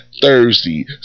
Thursday